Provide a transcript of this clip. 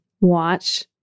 watch